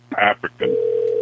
african